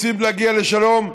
רוצים להגיע לשלום,